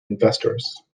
investors